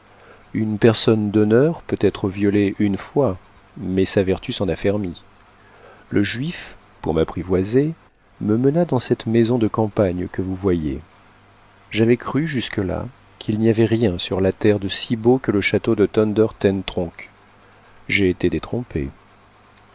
une personne d'honneur peut être violée une fois mais sa vertu s'en affermit le juif pour m'apprivoiser me mena dans cette maison de campagne que vous voyez j'avais cru jusque-là qu'il n'y avait rien sur la terre de si beau que le château de thunder ten tronckh j'ai été détrompée